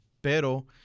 pero